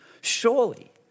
surely